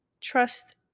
Trust